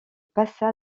passa